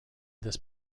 this